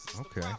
Okay